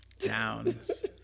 Downs